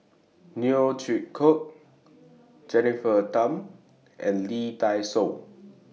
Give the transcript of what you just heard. Neo Chwee Kok Jennifer Tham and Lee Dai Soh